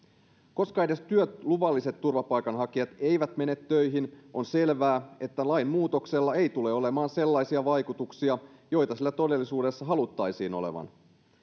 koska edes työluvalliset turvapaikanhakijat eivät mene töihin on selvää että lainmuutoksella ei tule olemaan sellaisia vaikutuksia joita sillä todellisuudessa haluttaisiin olevan